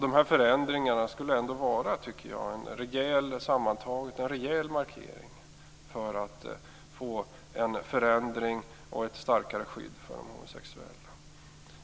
Dessa förändringar skulle sammantaget vara en rejäl markering för att få en förändring och ett starkare skydd för de homosexuella.